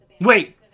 Wait